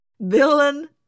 Villain